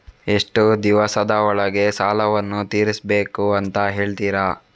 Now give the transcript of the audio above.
ಎಷ್ಟು ದಿವಸದ ಒಳಗೆ ಸಾಲವನ್ನು ತೀರಿಸ್ಬೇಕು ಅಂತ ಹೇಳ್ತಿರಾ?